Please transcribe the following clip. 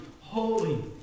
Holy